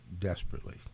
desperately